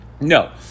No